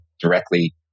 directly